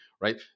right